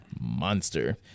monster